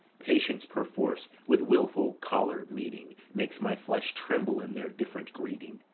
patience perforce with wilful choler meeting makes my flesh tremble in their different greeting.